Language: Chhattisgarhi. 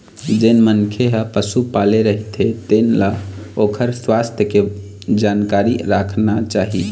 जेन मनखे ह पशु पाले रहिथे तेन ल ओखर सुवास्थ के जानकारी राखना चाही